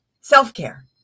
Self-care